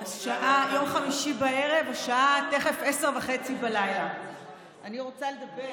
יום חמישי בערב, השעה תכף 22:30. אני רוצה לדבר